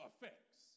effects